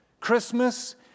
Christmas